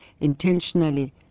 intentionally